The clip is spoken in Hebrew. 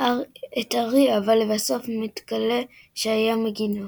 את הארי אבל לבסוף מתגלה שהיה מגינו.